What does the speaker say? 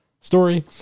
story